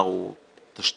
המנהרה היא לא גדולה,